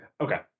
Okay